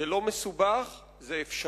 זה לא מסובך, זה אפשרי,